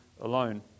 alone